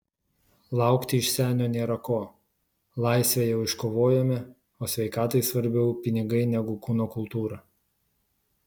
laukti iš senio nėra ko laisvę jau iškovojome o sveikatai svarbiau pinigai negu kūno kultūra